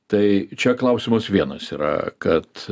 tai čia klausimas vienas yra kad